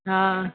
हा